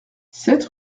sept